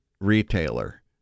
retailer